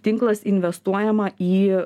tinklas investuojama į